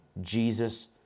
Jesus